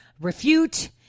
refute